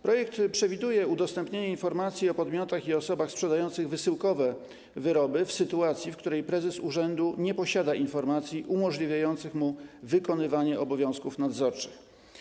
Projekt przewiduje udostępnianie informacji o podmiotach i osobach sprzedających wysyłkowo wyroby w sytuacji, w której prezes urzędu nie posiada informacji umożliwiających mu wykonywanie obowiązków nadzorczych.